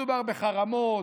מדובר בחרמות,